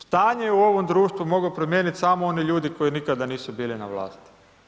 Stanje u ovom društvu mogu promijeniti samo oni ljudi koji nikada nisu bili na vlasti.